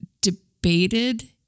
debated